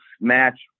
match